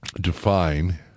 define